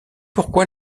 pourquoi